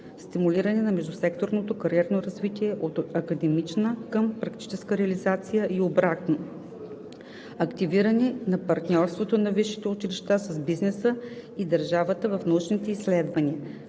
Стимулиране на междусекторното кариерно развитие от академична към практическа реализация и обратно. Активизиране на партньорството на висшите училища с бизнеса и държавата в научните изследвания.